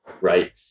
Right